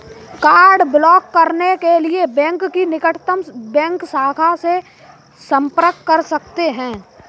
card block करने के लिए बैंक की निकटतम बैंक शाखा से संपर्क कर सकते है